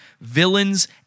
Villains